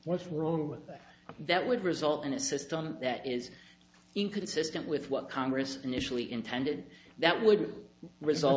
what's wrong with that that would result in a system that is inconsistent with what congress initially intended that would res